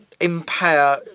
impair